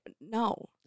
No